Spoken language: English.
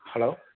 hello